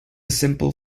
simple